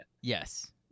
Yes